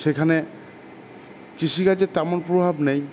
সেখানে কৃষিকাজের তেমন প্রভাব নেই